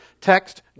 text